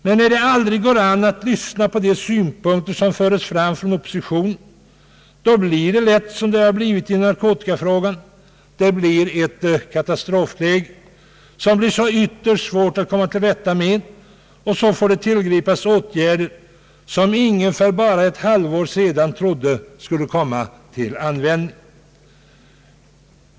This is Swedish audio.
Men när man aldrig vill lyssna på oppositionens synpunkter så blir det lätt så som det nu blivit i narkotikafrågan, man hamnar i ett katastrofläge som blir mycket svårt att komma till rätta med och måste tillgripa åtgärder som ingen för bara ett halvår sedan trodde skulle komma till användning.